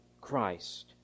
Christ